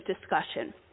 discussion